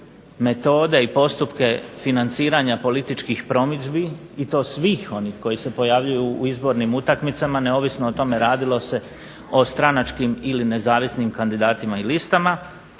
metode i postupke financiranja političkih promidžbi, i to svih onih koji se pojavljuju u izbornim utakmicama, neovisno o tome radilo se o stranačkim ili nezavisnim kandidatima i listama,